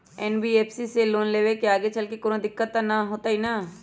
NBFC से loan लेबे से आगेचलके कौनो दिक्कत त न होतई न?